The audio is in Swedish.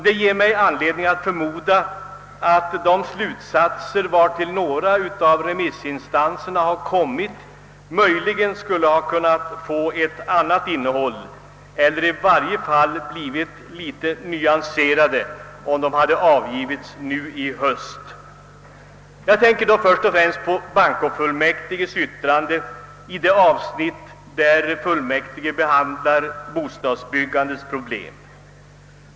Det ger mig anledning att förmoda att några av remissinstanserna skulle ha kommit till andra eller i varje fall något mer nyanserade slutsatser, om deras yttranden hade skrivits nu i höst. Jag tänker då främst på bankofullmäktiges yttrande i det avsnitt, där fullmäktige behandlar bostadsbyggandets problem.